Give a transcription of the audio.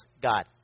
God